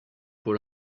pour